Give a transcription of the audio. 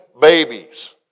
babies